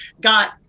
got